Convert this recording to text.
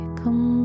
come